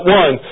one